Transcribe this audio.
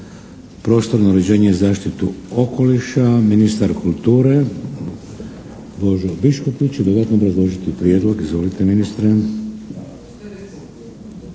prostorno uređenje i zaštitu okoliša, ministar kulture Božo Biškupić će dodatno obrazložiti prijedlog. Izvolite ministre.